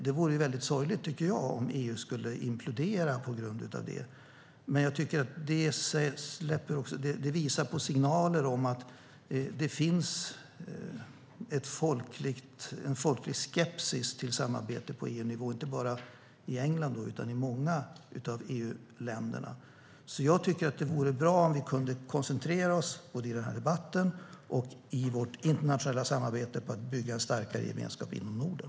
Det vore väldigt sorgligt, tycker jag, om EU skulle implodera på grund av det. Jag tycker också att det visar på signaler om att det finns en folklig skepsis till samarbetet på EU-nivå, inte bara i England utan i många av EU-länderna. Jag tycker därför att det vore bra om vi kunde koncentrera oss, både i den här debatten och i vårt internationella samarbete, på att bygga en starkare gemenskap inom Norden.